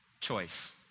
Choice